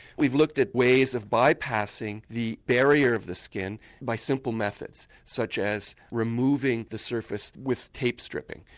we've looked at ways of bypassing the barrier of the skin by simple methods such as removing the surface with tape stripping,